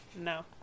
No